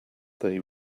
they